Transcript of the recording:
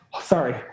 sorry